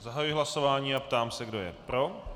Zahajuji hlasování a ptám se, kdo je pro.